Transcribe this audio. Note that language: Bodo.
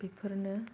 बेफोरनो